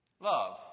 Love